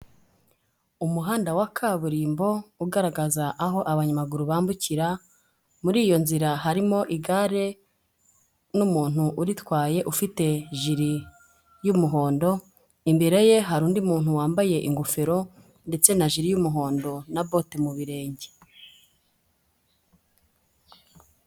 Umuhanda wa kaburimbo ugaragaza aho abanyamaguru bambukira, muri iyo nzira harimo igare n'umuntu uritwaye ufite jiri y'umuhondo, imbere ye hari undi muntu wambaye ingofero ndetse na jiri y'umuhondo na bote mu birenge.